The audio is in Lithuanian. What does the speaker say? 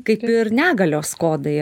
kaip ir negalios kodai